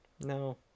No